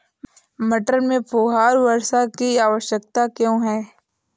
मटर में फुहारा वर्षा की आवश्यकता क्यो है?